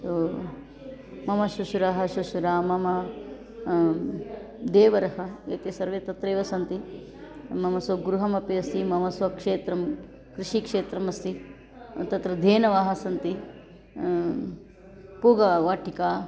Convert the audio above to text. सो मम श्वशुराः शशुरा मम देवरः एते सर्वे तत्रैव सन्ति मम स्वगृहमपि अस्ति मम स्वक्षेत्रं कृषिक्षेत्रमस्ति तत्र धेनवः सन्ति पूगवाटिका